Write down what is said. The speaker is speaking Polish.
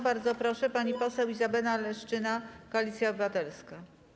Bardzo proszę, pani poseł Izabela Leszczyna, Koalicja Obywatelska.